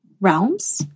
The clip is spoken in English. realms